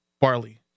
barley